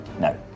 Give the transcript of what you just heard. No